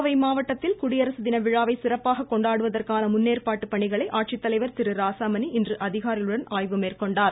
கோவை மாவட்டத்தில் குடியரசு தின விழாவை சிறப்பாக கொண்டாடுவதற்கான முன்னேற்பாட்டுப் பணிகளை ராசாமணி இன்று அதிகாரிகளுடன் ஆலோசனை மேற்கொண்டார்